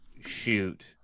shoot